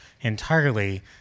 entirely